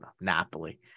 Napoli